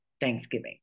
Thanksgiving